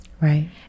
right